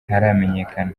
ntiharamenyekana